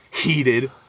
heated